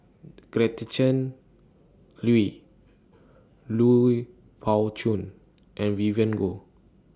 Gretchen Liu Lui Pao Chuen and Vivien Goh